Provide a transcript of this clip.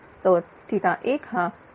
तर 1 हा 49